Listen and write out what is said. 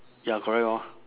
ya correct orh